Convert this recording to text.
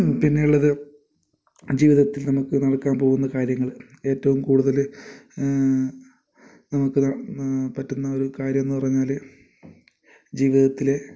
പിന്നെ ഉള്ളത് ജീവിതത്തിൽ നമുക്ക് നടക്കാൻ പോകുന്ന കാര്യങ്ങൾ ഏറ്റവും കൂടുതൽ നമുക്ക് പറ്റുന്നൊരു കാര്യം എന്നു പറഞ്ഞാൽ ജീവിതത്തിൽ